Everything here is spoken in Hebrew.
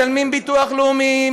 משלמים ביטוח לאומי,